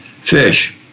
fish